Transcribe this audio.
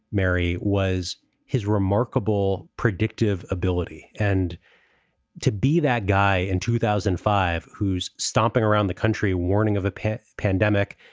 mary, was his remarkable predictive ability. and to be that guy in two thousand and five who's stomping around the country warning of a pet pandemic,